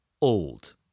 old